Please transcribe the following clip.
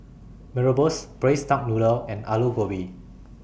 Mee Rebus Braised Duck Noodle and Aloo Gobi